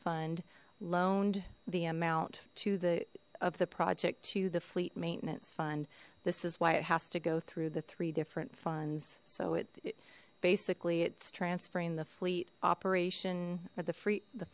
fund loaned the amount to the of the project to the fleet maintenance fund this is why it has to go through the three different funds so it basically it's transferring the fleet operation or the